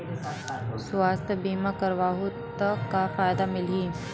सुवास्थ बीमा करवाहू त का फ़ायदा मिलही?